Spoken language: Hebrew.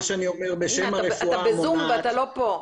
הנה, אתה בזום ואתה לא פה.